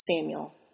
Samuel